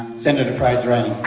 senator fraser um